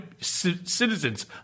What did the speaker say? citizens